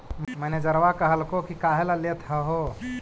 मैनेजरवा कहलको कि काहेला लेथ हहो?